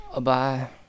Bye